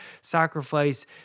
sacrifice